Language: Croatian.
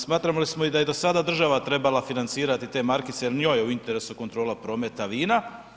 Smatrali smo da je i do sada država trebala financirati te markice jer njoj je u interesu kontrola prometa vina.